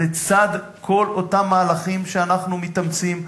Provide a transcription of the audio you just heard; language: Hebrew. לצד כל אותם מהלכים שאנחנו מתאמצים,